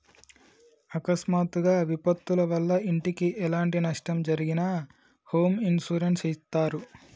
అకస్మాత్తుగా విపత్తుల వల్ల ఇంటికి ఎలాంటి నష్టం జరిగినా హోమ్ ఇన్సూరెన్స్ ఇత్తారు